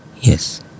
yes